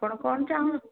ଆପଣ କ'ଣ ଚାହୁଁ